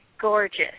gorgeous